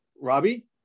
Robbie